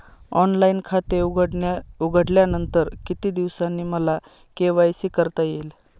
Online खाते उघडल्यानंतर किती दिवसांनी मला के.वाय.सी करता येईल?